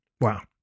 Wow